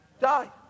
die